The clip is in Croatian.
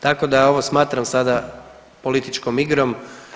Tako da ovo smatram sada političkom igrom.